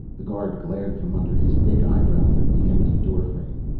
the guard glared from under his thick eyebrows at the empty doorframe,